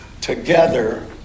together